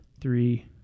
three